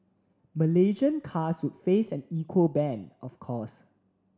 Malaysian cars would face an equal ban of course